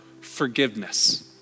forgiveness